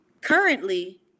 currently